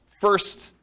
first